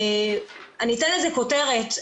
אני אתן לזה כותרת.